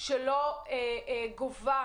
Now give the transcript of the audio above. ושלא גובים